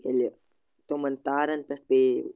ییٚلہِ تِمَن تارَن پٮ۪ٹھ پیٚیہِ